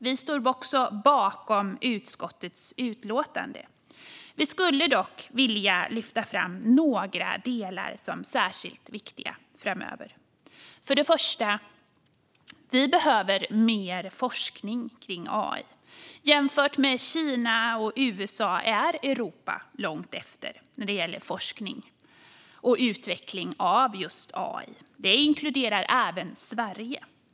Vi står också bakom utskottets utlåtande. Vi skulle dock vilja lyfta fram några delar som särskilt viktiga framöver. För det första behöver vi mer forskning om AI. Jämfört med Kina och USA är Europa långt efter när det gäller forskning och utveckling av just AI. Det inkluderar även Sverige.